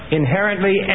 inherently